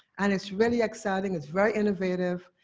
and it's really exciting, it's very innovative,